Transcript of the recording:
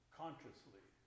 consciously